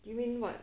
you mean what